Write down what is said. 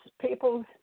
people